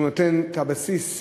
שהוא נותן את הבסיס,